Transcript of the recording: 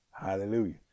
hallelujah